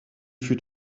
fut